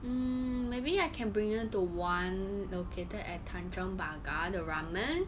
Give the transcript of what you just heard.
mm maybe I can bring you to one located at tanjong pagar the ramen